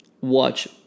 watch